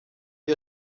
wir